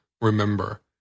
Remember